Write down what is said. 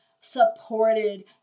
supported